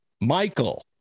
Michael